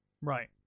Right